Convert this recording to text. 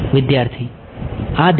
વિદ્યાર્થી આ દિશા